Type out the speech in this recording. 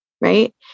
Right